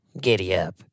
giddy-up